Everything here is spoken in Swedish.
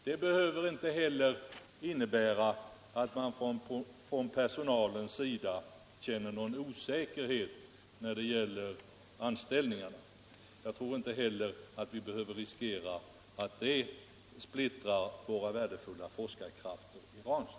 Personalen behöver inte känna någon osäkerhet när det gäller anställningarna. Vi riskerar inte heller att splittra våra värdefulla forskarkrafter i Ranstad.